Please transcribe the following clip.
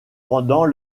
pendant